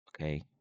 Okay